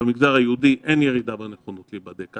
במגזר היהודי אין ירידה בנכונות להיבדק.